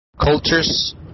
cultures